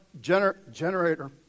generator